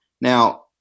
Now